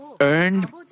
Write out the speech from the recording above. earn